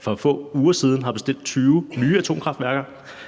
for få uger siden faktisk har bestilt 20 nye atomkraftværker,